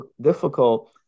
difficult